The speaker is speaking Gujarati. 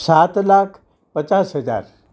સાત લાખ પચાસ હજાર